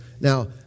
Now